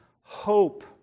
hope